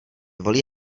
volí